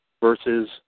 Versus